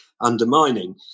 undermining